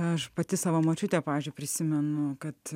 aš pati savo močiutę pavyzdžiui prisimenu kad